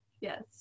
yes